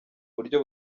buryo